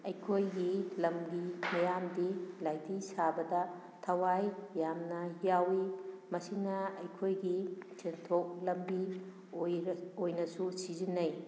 ꯑꯩꯈꯣꯏꯒꯤ ꯂꯝꯒꯤ ꯃꯤꯌꯥꯝꯒꯤ ꯂꯥꯏꯗꯤ ꯁꯥꯕꯗ ꯊꯋꯥꯏ ꯌꯥꯝꯅ ꯌꯥꯎꯋꯤ ꯃꯁꯤꯅ ꯑꯩꯈꯣꯏꯒꯤ ꯁꯦꯟꯊꯣꯛꯂꯝꯕꯤ ꯑꯣꯏꯅꯁꯨ ꯁꯤꯖꯤꯟꯅꯩ